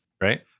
right